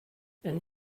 and